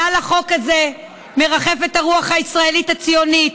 מעל החוק הזה מרחפת הרוח הישראלית הציונית,